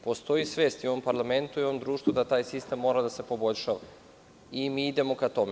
Postoji svest i u ovom parlamentui u ovom društvu, da taj sistem mora da se poboljšava, i mi idemo ka tome.